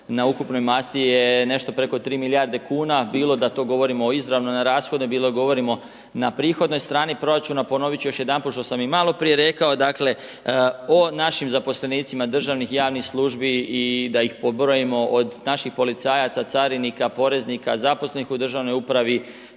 na ukupnoj masi je nešto preko 3 milijarde kuna, bilo da to govorimo izravno na rashode, bilo da govorimo na prihodnoj strani proračuna. Ponovit ću još jedanput, što sam i maloprije rekao, dakle, o našim zaposlenicima državnih i javnih službi i da ih pobrojimo od naših policajaca, carinika, poreznika, zaposlenih u državnoj upravi,